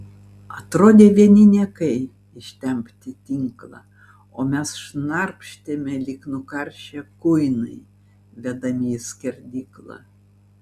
atrodė vieni niekai ištempti tinklą o mes šnarpštėme lyg nukaršę kuinai vedami į skerdyklą